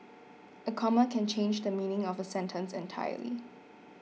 a comma can change the meaning of a sentence entirely